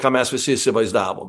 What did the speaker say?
ką mes visi įsivaizdavom